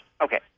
okay